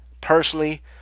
personally